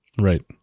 Right